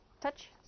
Touch